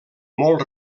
molt